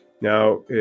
Now